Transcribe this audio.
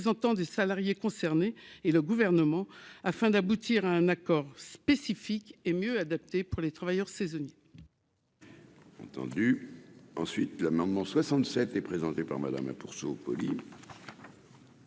des salariés concernés et le gouvernement afin d'aboutir à un accord spécifique et mieux adapté pour les travailleurs saisonniers.